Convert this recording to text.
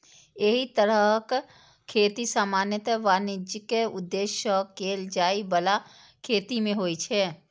एहि तरहक खेती सामान्यतः वाणिज्यिक उद्देश्य सं कैल जाइ बला खेती मे होइ छै